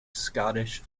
scottish